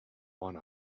want